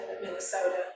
Minnesota